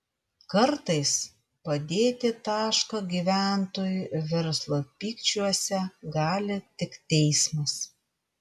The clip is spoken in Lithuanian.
kartais padėti tašką gyventojų ir verslo pykčiuose gali tik teismas